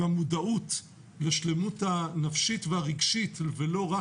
והמודעות והשלמות הנפשית והרגשית ולא רק